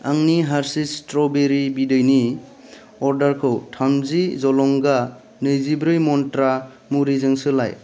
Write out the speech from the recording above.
आंनि हारशिस स्त्र'बेरि बिदैनि अर्डारखौ थामजि जलंगा नैजिब्रै मनत्रा मुरिजों सोलाय